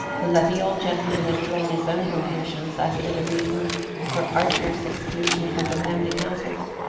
and that the old gentleman had drawn his own conclusions as to the reasons for archer's exclusion from the family councils.